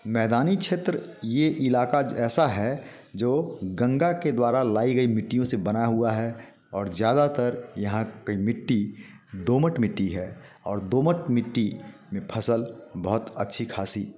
मैदानी क्षेत्र ये इलाका ऐसा है जो गंगा के द्वारा लाई गई मिट्टियों से बना हुआ है और ज़्यादातर यहाँ की मिट्टी दोमट मिट्टी है और दोमट मिट्टी में फसल बहुत अच्छी खासी